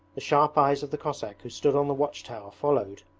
the sharp eyes of the cossack who stood on the watch-tower followed,